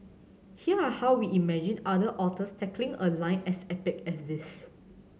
here are how we imagined other authors tackling a line as epic as this